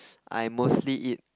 I mostly eat